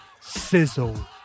sizzle